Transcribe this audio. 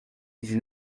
dix